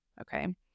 Okay